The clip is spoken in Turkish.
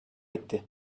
etti